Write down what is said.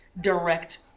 direct